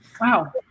Wow